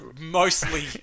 Mostly